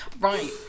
Right